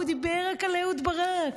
הוא דיבר רק על אהוד ברק.